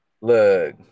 Look